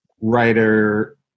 writer